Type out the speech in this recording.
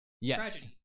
Yes